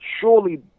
surely